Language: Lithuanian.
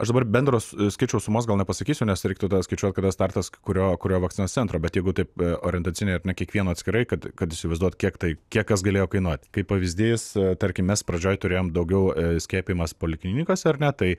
aš dabar bendros skaičių sumos gal nepasakysiu nes reiktų skaičiuoti kada startas kurio kurio vakcinos centro bet jeigu taip orientaciniai ar ne kiekvieno atskirai kad kad įsivaizduot kiek tai kiek kas galėjo kainuot kaip pavyzdys tarkim mes pradžioje turėjom daugiau skiepijimas poliklinikose ar ne tai